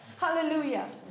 Hallelujah